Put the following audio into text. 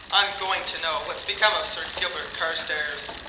i'm going to know what's become of sir gilbert carstairs!